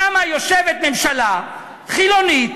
למה יושבת ממשלה חילונית,